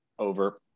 Over